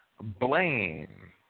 blame